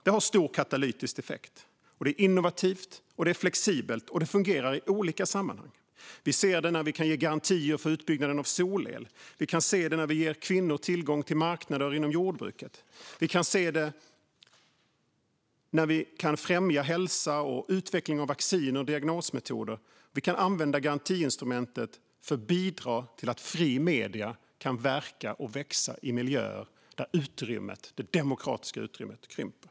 Det har stor katalytisk effekt, är innovativt och flexibelt och fungerar i olika sammanhang. Vi ser det när vi kan ge garantier för utbyggnaden av solel. Vi kan se det när vi ger kvinnor tillgång till marknader inom jordbruket. Vi kan se det när vi kan främja hälsa och utveckling av vacciner och diagnosmetoder. Vi kan använda garantiinstrumentet för att bidra till att fria medier kan verka och växa i miljöer där det demokratiska utrymmet krymper.